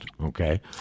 okay